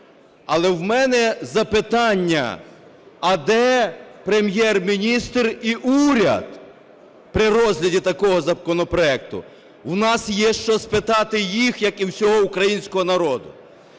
Але в мене запитання. А де Прем'єр-міністр і уряд при розгляді такого законопроекту? В нас є що спитати їх, як і у всього українського народу.